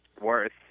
worth